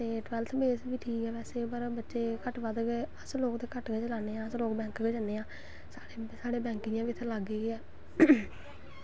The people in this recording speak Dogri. ते टवैल्थ बेस बी ठीक' ऐ बैसे बच्चे घट्ट बद्ध गै अस लोग ते घट्ट गै चलाने आं अस लोग ते बैंक च गै जन्ने आं साढ़े बैंक इ'यां बी इत्थें लाग्गे गै ऐ